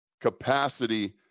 capacity